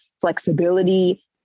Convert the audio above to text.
flexibility